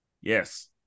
Yes